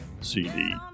cd